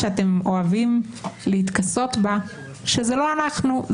שאתם אוהבים להתכסות בה שזה לא אנחנו,